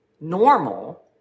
normal